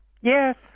Yes